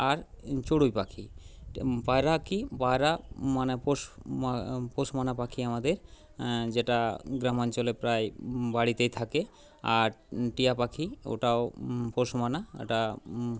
আর চড়ুই পাখি পায়রা কী পায়রা মানে পশু পোষ মানা পাখি আমাদের যেটা গ্রামাঞ্চলে প্রায় বাড়িতেই থাকে আর টিয়া পাখি ওটাও পোষ মানা ওটা